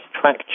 track